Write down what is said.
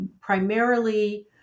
primarily